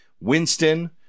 Winston